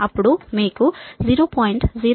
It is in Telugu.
అప్పుడు మీకు 0